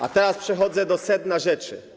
A teraz przechodzę do sedna rzeczy.